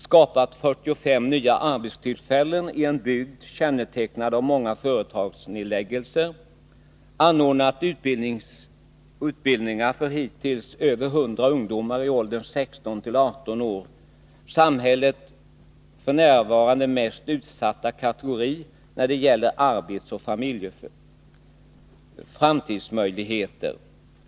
Skapat 45 nya arbetstillfällen i en bygd kännetecknad av många företagsnedläggelser. Anordnat utbildningar för hittills över 100 ungdomar i åldern 16-18 år. Samhällets f. n. mest utsatta kategori när det gäller arbetsoch framtidsmöjligheter.